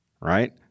right